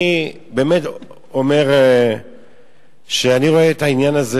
אני באמת אומר שאני רואה את העניין הזה,